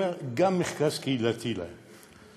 הוא אומר: גם מרכז קהילתי להם.